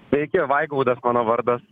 sveiki vaigaudas mano vardas